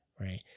right